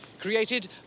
created